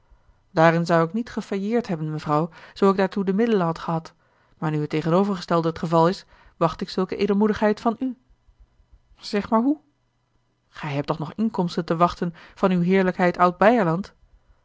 daarin zou ik niet gefailleerd hebben mevrouw zoo ik daartoe de middelen had gehad maar nu het tegenovergestelde het geval is wacht ik zulke edelmoedigheid van u zeg maar hoe gij hebt toch nog inkomsten te wachten van uwe heerlijkheid